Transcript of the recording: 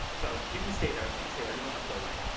so you can stay there. you can stay there. you don't have to go away.